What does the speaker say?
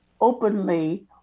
openly